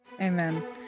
Amen